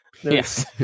Yes